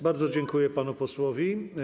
Bardzo dziękuję panu posłowi.